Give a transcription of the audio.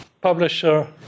publisher